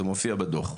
זה מופיע בדו"ח.